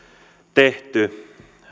tehty